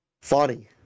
funny